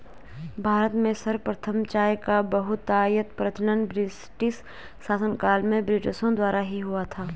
भारत में सर्वप्रथम चाय का बहुतायत प्रचलन ब्रिटिश शासनकाल में ब्रिटिशों द्वारा ही हुआ था